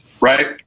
right